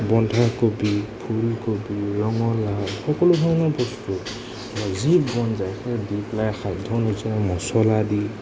বন্ধাকবি ফুলকবি ৰঙালাও সকলো ধৰণৰ বস্তু যি মন যায় সেই দি পেলাই সাধ্য অনুযায়ী মছলা দি